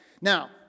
Now